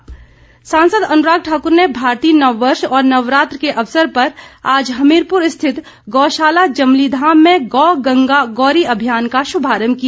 अनुराग सांसद अनुराग ठाकुर ने भारतीय नववर्ष और नवरात्र के अवसर पर आज हमीरपुर स्थित गौशाला जमलीधाम में गौ गंगा गौरी अभियान का शुभारम्म किया